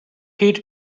heat